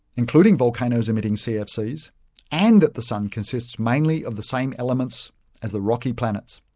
including volcanoes emitting cfcs and that the sun consists mainly of the same elements as the rocky planets.